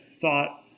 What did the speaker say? thought